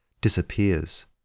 disappears